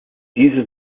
diese